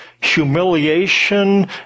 humiliation